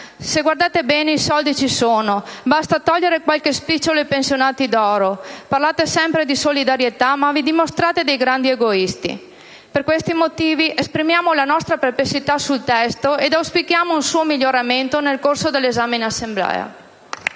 Se guardate bene, i soldi ci sono: basta togliere qualche spicciolo ai pensionati d'oro. Parlate sempre di solidarietà ma vi dimostrati dei grandi egoisti. Per questi motivi esprimiamo la nostra perplessità sul testo ed auspichiamo un suo miglioramento nel corso dell'esame in Assemblea.